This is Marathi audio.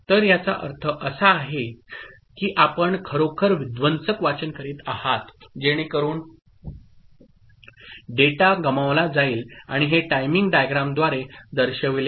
तर याचा अर्थ असा आहे की आपण खरोखर विध्वंसक वाचन करीत आहात जेणेकरून डेटा गमावला जाईल आणि हे टायमिंग डायग्रामद्वारे दर्शविले जाईल